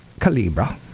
Calibra